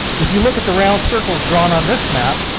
if you look at the round circles drawn on this map,